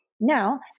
Now